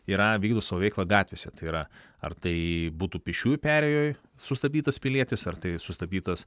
yra vykdo savo veiklą gatvėse tai yra ar tai būtų pėsčiųjų perėjoj sustabdytas pilietis ar tai sustabdytas